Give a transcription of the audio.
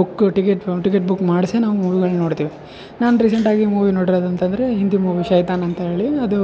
book ticket ticket book ಮಾಡಿಸಿ ನಾವು ಮೂವಿಗಳು ನೋಡ್ತಿವಿ ನಾನು ರೀಸೆಂಟಾಗಿ ಮೂವಿ ನೋಡಿರೋದು ಅಂತಂದರೆ ಹಿಂದಿ ಮೂವಿ ಶೈತಾನ್ ಅಂತ ಹೇಳಿ ಅದೂ